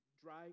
dry